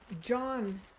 John